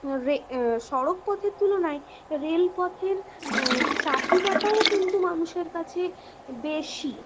সড়কপথের তুলনায় রেলপথের চাহিদাটাও কিন্তু মানুষের কাছে বেশি